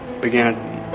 began